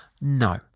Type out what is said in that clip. no